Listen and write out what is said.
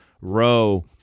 row